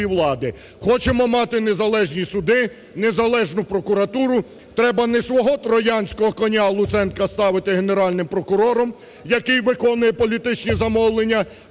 Хочемо мати незалежні суди, незалежну прокуратуру, треба не свого троянського коня Луценка ставити Генеральним прокурором, який виконує політичні замовлення,